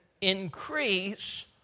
increase